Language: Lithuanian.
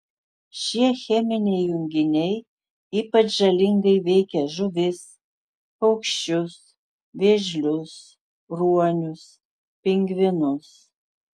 šie cheminiai junginiai ypač žalingai veikia žuvis paukščius vėžlius ruonius pingvinus